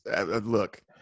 Look